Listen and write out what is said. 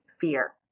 fear